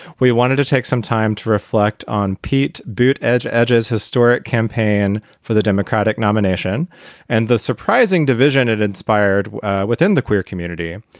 we wanted to take some time to reflect on pete buit edge edges historic campaign for the democratic nomination and the surprising division it inspired within the queer community.